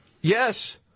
Yes